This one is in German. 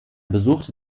besuchte